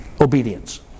obedience